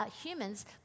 human's